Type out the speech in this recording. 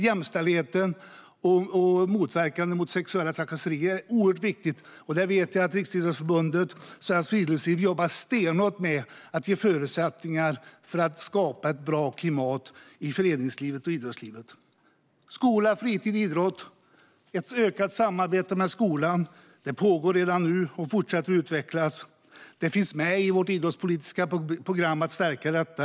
Jämställdheten och motverkandet av sexuella trakasserier är oerhört viktigt. Jag vet att Riksidrottsförbundet och Svenskt Friluftsliv jobbar stenhårt med att ge förutsättningar för att skapa ett bra klimat i föreningslivet och idrottslivet. När det gäller skola, fritid och idrott vill vi se ett ökat samarbete med skolan. Det pågår redan nu, och det fortsätter att utvecklas. Det finns med i vårt idrottspolitiska program att stärka detta.